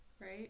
right